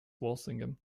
walsingham